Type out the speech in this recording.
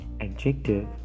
adjective